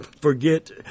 forget